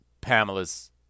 Pamela's